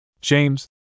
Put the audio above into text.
James